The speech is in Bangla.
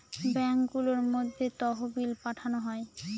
ব্যাঙ্কগুলোর মধ্যে তহবিল পাঠানো হয়